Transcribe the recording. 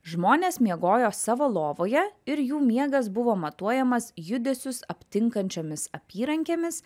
žmonės miegojo savo lovoje ir jų miegas buvo matuojamas judesius aptinkančiomis apyrankėmis